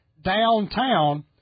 downtown